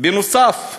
בנוסף,